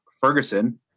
Ferguson